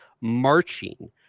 marching